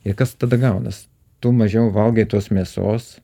i kas tada gaunas tu mažiau valgai tos mėsos